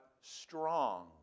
strong